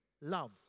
love